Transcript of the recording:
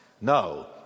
No